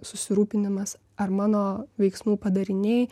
susirūpinimas ar mano veiksmų padariniai